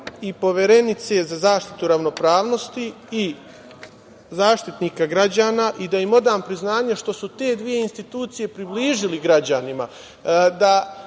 i Poverenice za zaštitu ravnopravnosti i Zaštitnika građana i da im odam priznanje što su te dve institucije približili građanima.